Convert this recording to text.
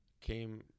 Came